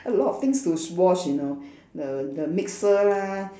a lot of things to wash you know the the mixer lah